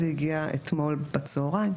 זה הגיע אתמול בצוהריים.